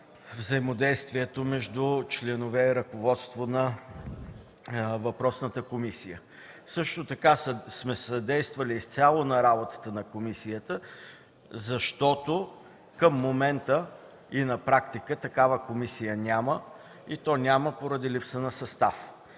взаимодействието между членове и ръководство на въпросната комисия. Също така сме съдействали изцяло на работата на комисията, защото към момента на практика такава комисия няма, и то няма поради липса на състав.